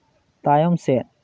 ᱛᱟᱭᱚᱢ ᱥᱮᱫ